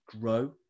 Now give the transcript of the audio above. grow